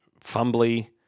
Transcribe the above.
Fumbly